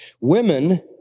Women